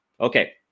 Okay